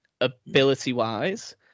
ability-wise